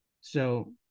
So-